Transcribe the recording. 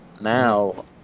now